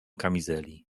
kamizeli